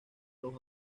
los